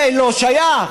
זה לא שייך.